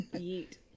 eat